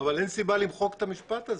אבל אין סיבה למחוק את המשפט הזה,